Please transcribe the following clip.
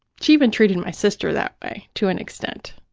she even treated my sister that way, to an extent.